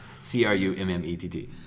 C-R-U-M-M-E-T-T